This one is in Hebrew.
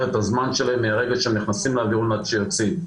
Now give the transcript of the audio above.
את הזמן שלהם מהרגע שהם נכנסים לאווירון עד שהם יוצאים,